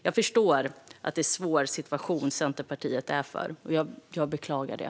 Jag förstår att Centerpartiet befinner sig i en svår situation, och jag beklagar det.